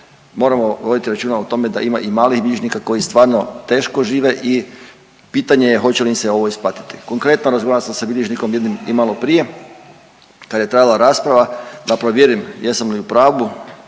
moramo voditi računa o tome da ima i malih bilježnika koji stvarno teško žive i pitanje je hoće li im se ovo isplatiti. Konkretno razgovarao sam sa bilježnikom jednim i malo prije kad je trajala rasprava da provjerim jesam li u pravu,